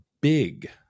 big